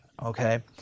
okay